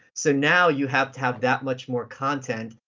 so now you have to have that much more content,